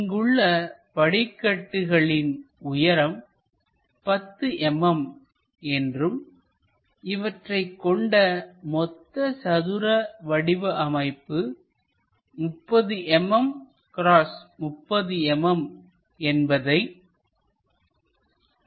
இங்குள்ள படிக்கட்டுகளின் உயரம் 10 mm என்றும் இவற்றைக் கொண்ட மொத்த சதுர வடிவ அமைப்பு 30 mm x 30mm என்பதை அமைத்துக்கொள்ள வேண்டும்